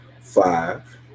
Five